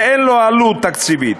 שאין לו עלות תקציבית,